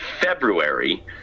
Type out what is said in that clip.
February